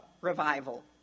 revival